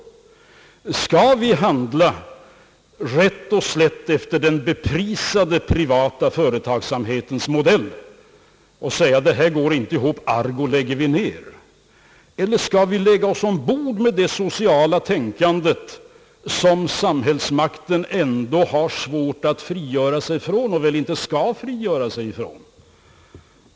Skall vi handla rätt och slätt efter den beprisade privata företagsamhetens modell — det går inte ihop, ergo lägger vi ner! — eller skall vi rätta oss efter det sociala tänkande som samhällsmakten ändå har svårt att frigöra sig från och väl inte skall frigöra sig från?